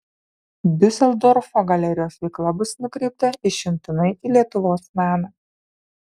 diuseldorfo galerijos veikla bus nukreipta išimtinai į lietuvos meną